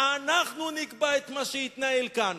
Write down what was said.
אנחנו נקבע את מה שיתנהל כאן.